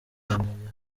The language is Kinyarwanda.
y’amajyaruguru